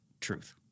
truth